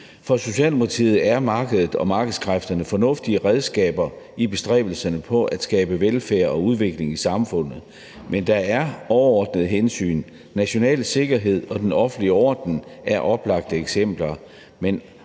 For Socialdemokratiet er markedet og markedskræfterne fornuftige redskaber i bestræbelserne på at skabe velfærd og udvikling i samfundet, men der er overordnede hensyn. National sikkerhed og den offentlige orden er oplagte eksempler,